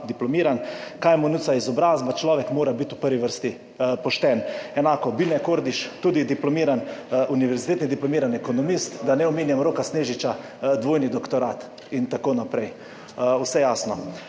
diplomiran. Kaj mu nuca izobrazba, človek mora biti v prvi vrsti pošten. Enako Bine Kordiš, tudi dipl., univ. dipl. ekonomist, da ne omenjam Roka Snežiča dvojni doktorat, itn. Vse jasno.